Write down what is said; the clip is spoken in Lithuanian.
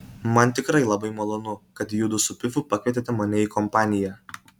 man tikrai labai malonu kad judu su pifu pakvietėte mane į kompaniją